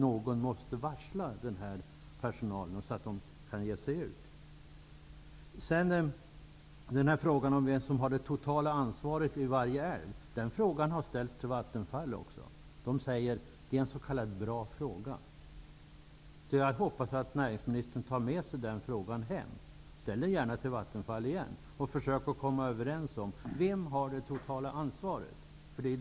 Någon måste också varsla personalen, så att de kan ge sig ut. Frågan om vem som har det totala ansvaret vid varje älv har ställts till Vattenfall också. Vattenfall säger: Det är en s.k. bra fråga. Jag hoppas att näringsministern tar med sig den frågan hem. Ställ den gärna till Vattenfall igen och försök komma överens om vem som har det totala ansvaret.